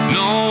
no